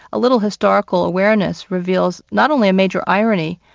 a little historical awareness reveals not only a major irony,